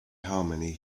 harmony